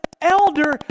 elder